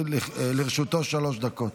לרשותו שלוש דקות.